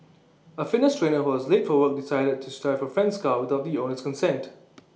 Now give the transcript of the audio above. A fitness trainer who was late for work decided tooth drive A friend's car without the owner's consent